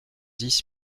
dix